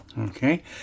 Okay